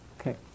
Okay